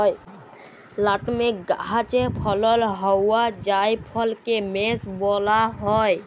nutmeg গাহাচে ফলল হউয়া জাইফলকে মেস ব্যলা হ্যয়